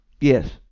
Yes